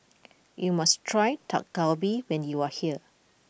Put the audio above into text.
you must try Dak Galbi when you are here